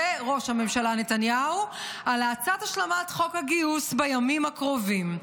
לבין ראש הממשלה נתניהו על האצת השלמת חוק הגיוס בימים הקרובים.